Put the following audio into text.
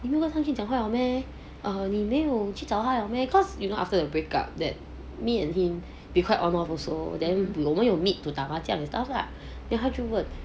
你没有跟他讲话了 meh err 你没有去找他了 meh cause you know after the break up that me and him be quite on off also then 我们有 meet to 打麻将 and stuff lah then 他就问